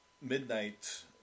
Midnight